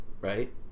Right